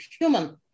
human